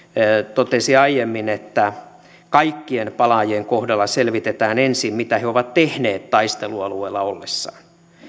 totesi aiemmin kaikkien palaajien kohdalla selvitetään ensin mitä he ovat tehneet taistelualueella ollessaan